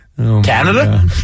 Canada